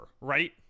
right